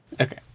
Okay